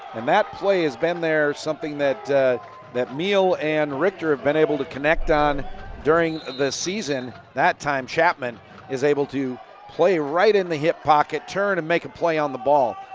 and that play has been there something that that meehl and richter have been able to connect on during this season. that time chapman is able play right and the hip pocket, turn, and make a play on the ball.